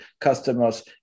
customers